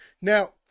Now